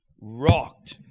rocked